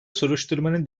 soruşturmanın